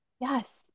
Yes